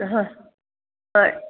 हँ हँ